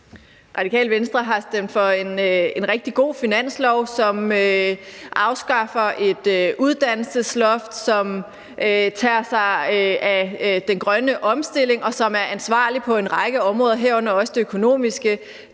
Radikale Venstre har stemt for en rigtig god finanslov, som afskaffer uddannelsesloftet, som tager sig af den grønne omstilling, som er ansvarlig på en række områder, herunder også det økonomiske,